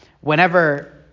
whenever